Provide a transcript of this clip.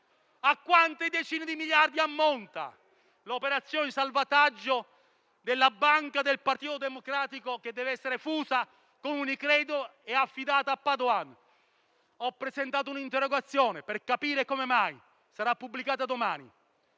A quante decine di miliardi ammonta l'operazione di salvataggio della banca del Partito Democratico, che deve essere fusa con Unicredit e affidata a Padoan? Ho presentato un'interrogazione per capire come mai - sarà pubblicata domani